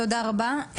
תודה רבה,